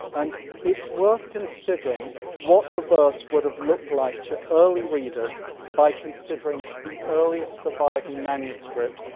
and it's worth considering what the verse would have looked like to early readers by considering the earliest surviving manuscript,